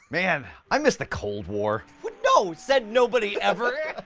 man, i miss the cold war! what, no! said nobody, ever!